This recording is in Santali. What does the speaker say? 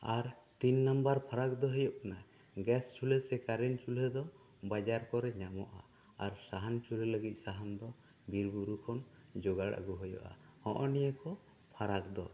ᱟᱨ ᱛᱤᱱ ᱱᱟᱢᱵᱟᱨ ᱯᱷᱟᱨᱟᱠ ᱫᱚ ᱦᱩᱭᱩᱜ ᱠᱟᱱᱟ ᱜᱮᱥ ᱪᱩᱞᱦᱟᱹ ᱥᱮ ᱠᱟᱨᱮᱱᱴ ᱪᱩᱞᱦᱟᱹ ᱫᱚ ᱵᱟᱡᱟᱨ ᱠᱚᱨᱮ ᱧᱟᱢᱚᱜᱼᱟ ᱟᱨ ᱥᱟᱦᱟᱱ ᱪᱩᱞᱦᱟᱹ ᱞᱟᱹᱜᱤᱫ ᱥᱟᱦᱟᱱ ᱫᱚ ᱵᱤᱨ ᱵᱩᱨᱩ ᱠᱷᱚᱱ ᱡᱚᱜᱟᱲ ᱟᱹᱜᱩ ᱦᱩᱭᱩᱜᱼᱟ ᱦᱚᱜᱼᱚᱭ ᱱᱤᱭᱟᱹ ᱠᱚ ᱯᱷᱟᱨᱟᱠ ᱫᱚ